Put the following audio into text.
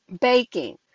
baking